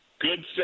Good